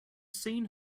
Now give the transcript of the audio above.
seen